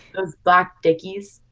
those black dickies?